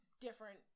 different